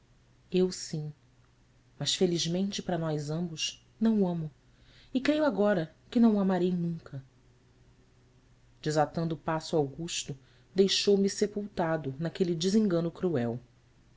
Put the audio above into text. eu sim mas felizmente para nós ambos não o amo e creio agora que não o amarei nunca desatando o passo augusto deixou-me sepultado naquele desengano cruel